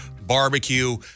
Barbecue